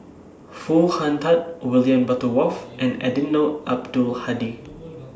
Foo Hong Tatt William Butterworth and Eddino Abdul Hadi